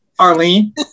Arlene